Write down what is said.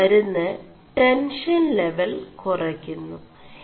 ഈ മരുM് tension level കുറയ് ുMു